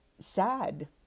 sad